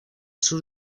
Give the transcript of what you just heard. sur